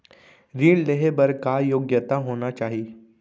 ऋण लेहे बर का योग्यता होना चाही?